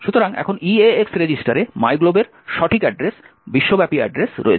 সুতরাং এখন EAX রেজিস্টারে মাইগ্লোবের সঠিক অ্যাড্রেস বিশ্বব্যাপী অ্যাড্রেস রয়েছে